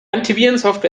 antivirensoftware